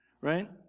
right